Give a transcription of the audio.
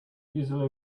easily